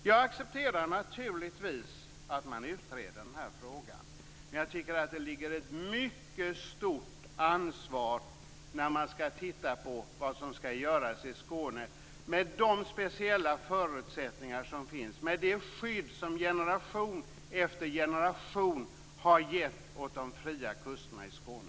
Jag accepterar naturligtvis att man utreder frågan men jag ser ett mycket stort ansvar när man skall titta på vad som skall göras i Skåne, med tanke på de speciella förutsättningarna där och det skydd som generation efter generation gett de fria kusterna i Skåne.